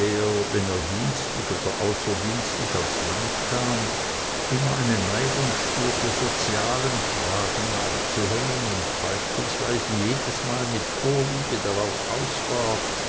wenn er dienstlich oder außerdienstlich aufs land kam immer eine neigung spürte sozialen fragen nachzuhängen und beispielsweise jedesmal mit vorliebe darauf aus war